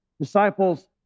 Disciples